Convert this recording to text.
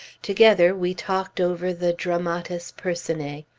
together we talked over the dramatis personae.